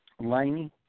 Laney